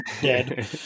dead